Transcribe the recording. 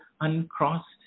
uncrossed